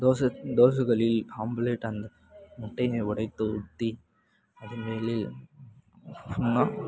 தோசை தோசைக்கல்லில் ஆம்ப்லேட் அந்த முட்டையை உடைத்து ஊற்றி அது மேல் சும்மா